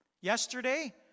yesterday